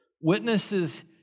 Witnesses